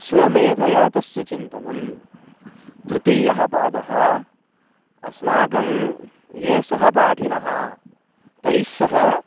स्वमेधया तस्य चिन्तनं तृतीयः पादः अस्माकं ये सहपाठिनः तैः सह